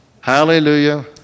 hallelujah